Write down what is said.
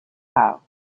house